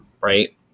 right